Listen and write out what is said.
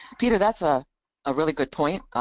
peter that's a really good point,